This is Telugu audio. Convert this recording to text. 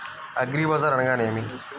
అగ్రిబజార్ అనగా నేమి?